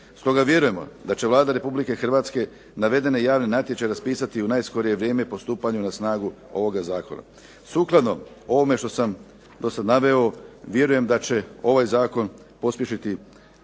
Stoga vjerujemo da će Vlada Republike Hrvatske navedeni javni natječaj raspisati u skorije vrijeme i po stupanju na snagu ovoga Zakona. Sukladno ovome što sam sada naveo vjerujem da će ovaj Zakon pospješiti